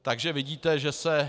Takže vidíte, že se...